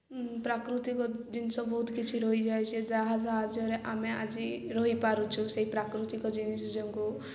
ପ୍ରାକୃତିକ ଜିନିଷ ବହୁତ କିଛି ରହିଯାଇଛି ଯାହା ସାହାଯ୍ୟରେ ଆମେ ଆଜି ରହିପାରୁଛୁ ସେହି ପ୍ରାକୃତିକ ଜିନିଷ ଯୋଗୁଁ